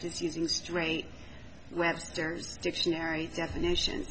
just using straight webster's dictionary definition